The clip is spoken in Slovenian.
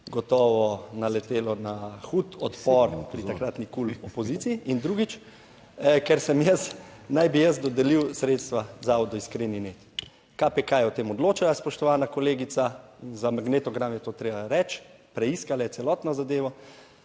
gotovo naletelo na hud odpor pri takratni opoziciji. In drugič, ker sem jaz, naj bi jaz dodelil sredstva Zavodu Iskreni net. KPK je o tem odloča, spoštovana kolegica, za magnetogram je to treba reči, preiskala je celotno zadevo,